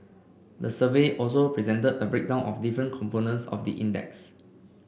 the survey also presented a breakdown of different components of the index